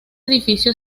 edificio